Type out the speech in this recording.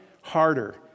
harder